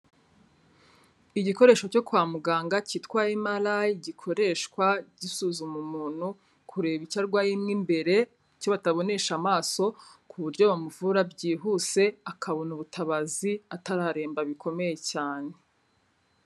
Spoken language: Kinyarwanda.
Igikoresho cyo kwa muganga cyitwa MRI gikoreshwa gisuzuma umuntu, kureba icyo arwaye mo imbere, icyo batabonesha amaso ku buryo bamuvura byihuse, akabona ubutabazi atararemba bikomeye cyane.